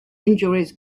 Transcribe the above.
injuries